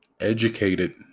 educated